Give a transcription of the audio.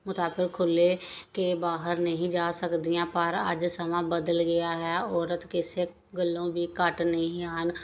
ਮੁਤਾਬਕ ਖੁੱਲ੍ਹ ਕੇ ਬਾਹਰ ਨਹੀਂ ਜਾ ਸਕਦੀਆਂ ਪਰ ਅੱਜ ਸਮਾਂ ਬਦਲ ਗਿਆ ਹੈ ਔਰਤ ਕਿਸੇ ਗੱਲੋਂ ਵੀ ਘੱਟ ਨਹੀਂ ਹਨ